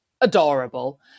adorable